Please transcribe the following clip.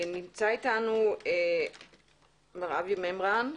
נמצא אתנו מר אבי מימרן.